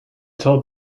told